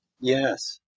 Yes